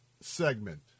segment